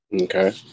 Okay